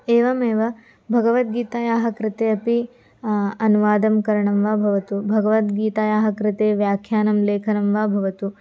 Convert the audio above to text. एवमेव भगवद्गीतायाः कृते अपि अनुवादं करणं वा भवतु भगवद्गीतायाः कृते व्याख्यानं लेखनं वा भवतु